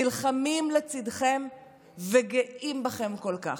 נלחמים לצידכם וגאים בכם כל כך.